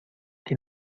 que